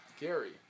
Gary